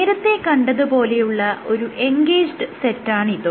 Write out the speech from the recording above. നേരത്തെ കണ്ടതുപോലെയുള്ള ഒരു എങ്കേജ്ഡ് സെറ്റാണിതും